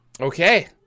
Okay